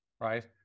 right